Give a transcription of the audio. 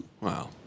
Wow